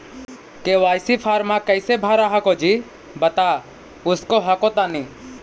KYC फॉर्मा कैसे भरा हको जी बता उसको हको तानी?